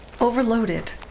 overloaded